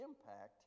impact